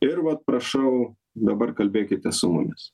ir vat prašau dabar kalbėkite su mumis